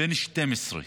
בן 12,